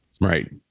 right